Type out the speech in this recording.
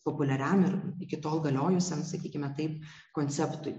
populiariam ir iki tol galiojusiam sakykime taip konceptui